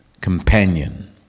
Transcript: companion